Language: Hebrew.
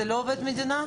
זה לא עובד מדינה?